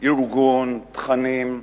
ארגון, תכנים,